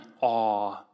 awe